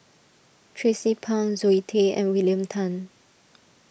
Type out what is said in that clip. Tracie Pang Zoe Tay and William Tan